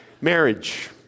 Marriage